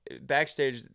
Backstage